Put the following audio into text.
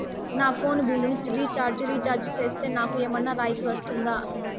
నా ఫోను బిల్లును recharge recharge సేస్తే, నాకు ఏమన్నా రాయితీ వస్తుందా?